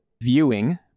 Viewing